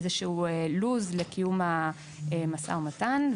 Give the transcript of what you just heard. איזה שהוא לו״ז לקיום המשא ומתן.